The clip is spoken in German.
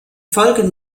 folgen